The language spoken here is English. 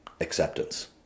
acceptance